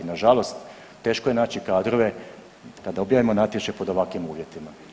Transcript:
Na žalost teško je naći kadrove kad objavimo natječaj pod ovakvim uvjetima.